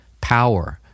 power